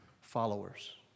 followers